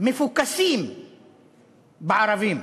מפוקסים בערבים.